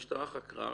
המשטרה חקרה,